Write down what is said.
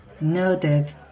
Noted